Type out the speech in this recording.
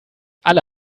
alle